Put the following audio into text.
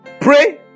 pray